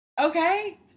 okay